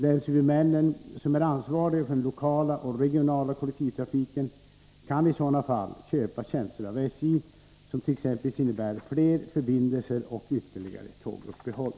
Länshuvudmännen, som är ansvariga för den lokala och regionala kollektivtrafiken, kan i sådana fall köpa tjänster av SJ som t.ex. innebär fler förbindelser och ytterligare tåguppehåll.